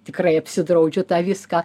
tikrai apsidraudžiu tą viską